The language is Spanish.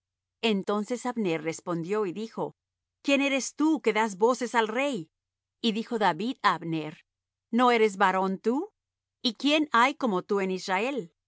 entonces abner respondió y dijo quién eres tú que das voces al rey y dijo david á abner no eres varón tú y quién hay como tú en israel